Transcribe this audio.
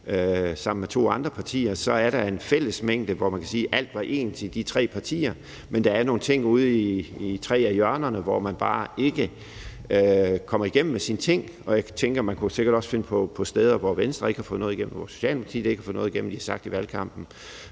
sammen med to andre partier, så er der en fællesmængde, hvor man kan sige, at alt er ens for de tre partier, men der er nogle ting ude i de tre partiers hjørner, hvor man bare ikke kommer igennem med sin ting. Jeg tænker, at man sikkert også kunne finde steder, hvor Venstre og Socialdemokratiet ikke har fået noget af det igennem, de har sagt i valgkampen.